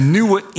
Nieuwe